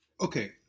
Okay